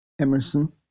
Emerson